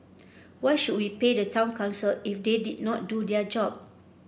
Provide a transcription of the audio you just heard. why should we pay the town council if they did not do their job